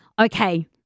Okay